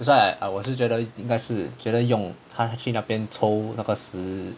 that's why I 我是觉得应该是觉得用它去那边抽那个十